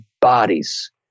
bodies